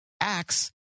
acts